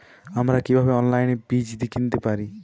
আমরা কীভাবে অনলাইনে বীজ কিনতে পারি?